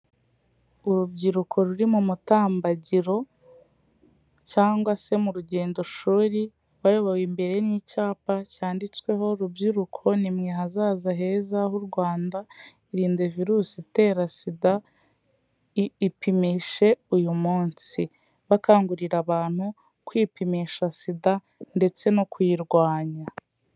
Urubyiruko ruri mu mutambagiro cyangwa se mu rugendo shuri, bayobowe imbere n'icyapa cyanditsweho, rubyiruko ni mwe hazaza heza h'u Rwanda, irinde virusi itera sida, ipimishe uyu munsi, bakangurira abantu kwipimisha sida ndetse no kuyirwanya.